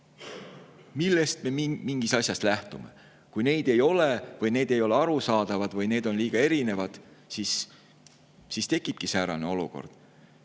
millest me mingis asjas lähtume? Kui neid ei ole või need ei ole arusaadavad või need on liiga erinevad, siis tekibki säärane olukord.